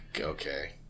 Okay